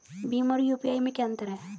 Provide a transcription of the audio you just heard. भीम और यू.पी.आई में क्या अंतर है?